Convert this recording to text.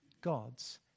God's